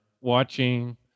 watching